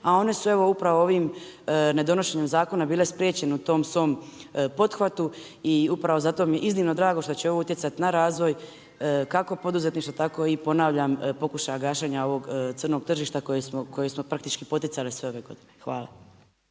a one su evo upravo ovim nedonošenjem zakona bile spriječene u tom svom pothvatu. I upravo zato mi je iznimno drago što će ovo utjecati na razvoj kako poduzetništva tako i ponavljam pokušaja gašenja ovog crnog tržišta koje smo praktički poticali sve ove godine. Hvala.